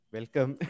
Welcome